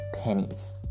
pennies